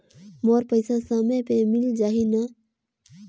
मोर पइसा समय पे मिल जाही न?